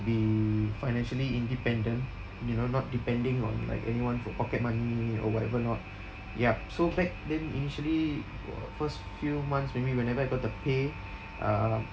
be financially independent you know not depending on like anyone for pocket money or whatever not yup so back then initially for uh first few months maybe whenever I got the pay uh